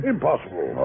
Impossible